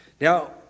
Now